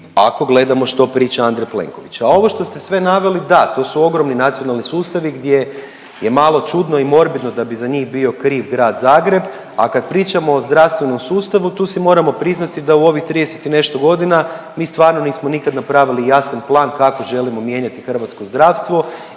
ako gledamo što priča Andrej Plenković. A ovo što ste sve naveli, da, to su ogromni nacionalni sustavi gdje je malo čudno i morbidno da bi za njih bio kriv Grad Zagreb, a kad pričamo o zdravstvenom sustavu, tu si moramo priznati da u ovim 30 i nešto godina mi stvarno nismo nikad napravili jasan plan kako želimo mijenjati hrvatsko zdravstvo